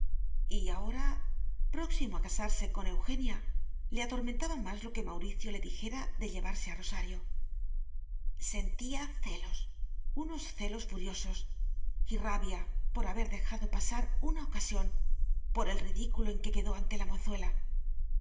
y ahora próximo a casarse con eugenia le atormentaba más lo que mauricio le dijera de llevarse a rosario sentía celos unos celos furiosos y rabia por haber dejado pasar una ocasión por el ridículo en que quedó ante la